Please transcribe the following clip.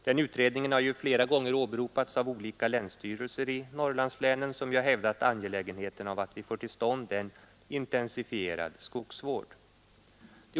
Den utredningen har många gånger åberopats av flera länsstyrelser i Norrlandslänen, som hävdar angelägenheten av att vi får till stånd en intensifierad skogsvård.